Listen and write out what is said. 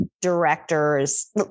directors